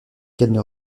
qu’elles